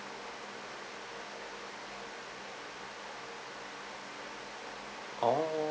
oh